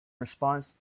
response